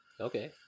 Okay